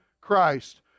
Christ